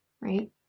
Right